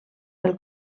del